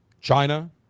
China